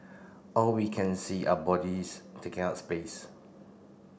all we can see are bodies taking up space